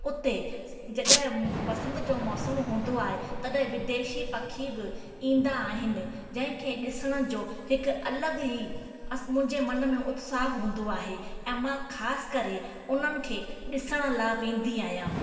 उते जॾहिं बसंत जो मौसम हूंदो आहे तॾहिं विदेशी पखी बि ईंदा आहिनि जंहिंखे ॾिसण जो हिकु अलॻि ई असमुजे मन में उत्साहु हूंदो आहे ऐं मां ख़ासि करे उन्हनि खे ॾिसण लाइ बि ईंदी आहियां